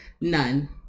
None